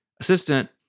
assistant